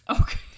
Okay